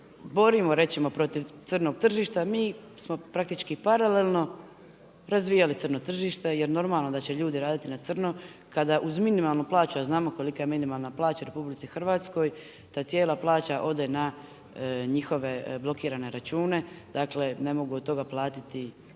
borimo reći ćemo, protiv crnog tržišta, mi smo praktički paralelno razvijali crno tržište, jer normalno da će ljudi raditi na crno, kada uz minimalnu plaću, a znamo kolika je minimalna plaća u RH, da cijela plaća ode na njihove blokirane račune, dakle ne mogu od toga platiti pa